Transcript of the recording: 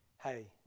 Hey